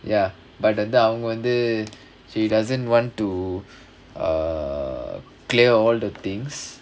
ya but வந்து அவங்க வந்து:vanthu avanga vanthu she doesn't want to err clear all the things